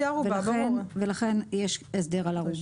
שתהיה ערובה.